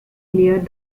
cleared